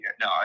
No